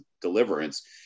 Deliverance